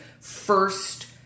first